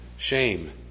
shame